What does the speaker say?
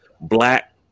black